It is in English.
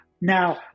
Now